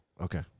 Okay